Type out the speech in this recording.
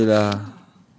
grey area lah